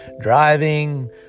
driving